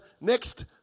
next